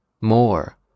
more